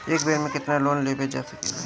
एक बेर में केतना लोन लेवल जा सकेला?